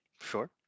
sure